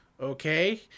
okay